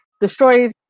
destroyed